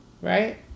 Right